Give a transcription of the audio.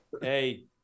Hey